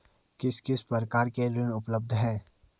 किस किस प्रकार के ऋण उपलब्ध हैं?